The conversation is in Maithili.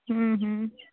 हूँ हूँ